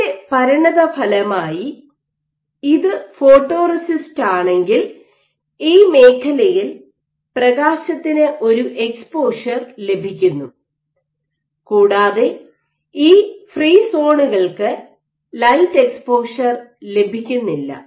ഇതിൻറെ പരിണതഫലമായി ഇത് ഫോട്ടോറെസിസ്റ്റ് ആണെങ്കിൽ ഈ മേഖലയിൽ പ്രകാശത്തിന് ഒരു എക്സ്പോഷർ ലഭിക്കുന്നു കൂടാതെ ഈ ഫ്രീ സോണുകൾക്ക് ലൈറ്റ് എക്സ്പോഷർ ലഭിക്കുന്നില്ല